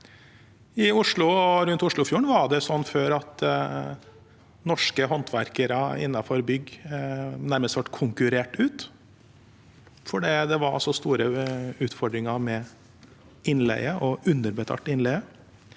I Oslo og rundt Oslofjorden var det sånn før at norske håndverkere innenfor bygg nærmest ble utkonkurrert fordi det var så store utfordringer med innleie og underbetalt innleie.